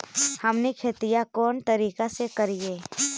हमनी खेतीया कोन तरीका से करीय?